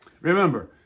Remember